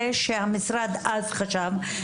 זה שהמשרד אז חשב,